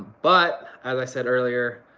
but, as i said earlier,